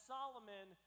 Solomon